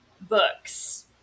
books